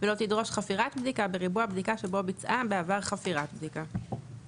ולא תדרוש חפירת בדיקה בריבוע שבו ביצעה בעבר חפירת בדיקה.